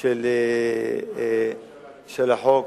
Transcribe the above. של החוק.